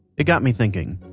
it got me thinking,